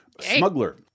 smuggler